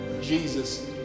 Jesus